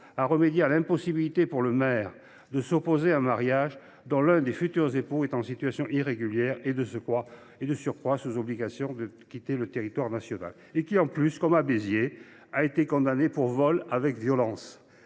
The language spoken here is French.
à remédier à l’impossibilité, pour le maire, de s’opposer à un mariage dont l’un des futurs époux est en situation irrégulière et parfois, de surcroît, sous obligation de quitter le territoire national, voire, comme dans le cas de Béziers, condamné pour vol avec violence,